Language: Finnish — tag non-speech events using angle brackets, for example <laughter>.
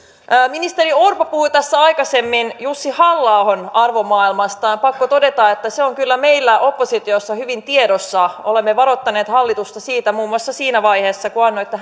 ministeri orpo puhui tässä aikaisemmin jussi halla ahon arvomaailmasta ja on pakko todeta että se on kyllä meillä oppositiossa hyvin tiedossa olemme varoittaneet hallitusta siitä muun muassa siinä vaiheessa kun annoitte <unintelligible>